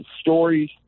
stories